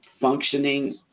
functioning